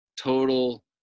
total